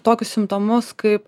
tokius simptomus kaip